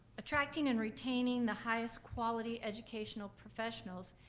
attracting and retaining the highest quality educational professionals,